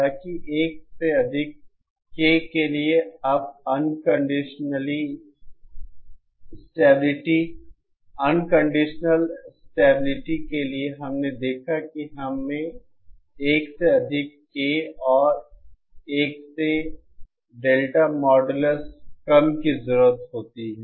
हालांकि 1 से अधिक K के लिए अब अनकंडीशनल स्टेबिलिटी के लिए हमने देखा कि हमें 1 से अधिक K और 1 से डेल्टा मॉडुलस कम की जरूरत होती है